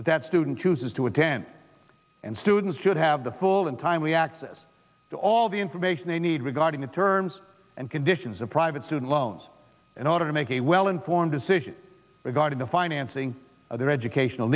that student chooses to attend and students should have the full and timely access to all the information they need regarding the terms and conditions of private student loans in order to make a well informed decision regarding the financing of their educational